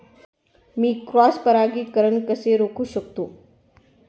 मी cross परागीकरण कसे रोखू शकतो?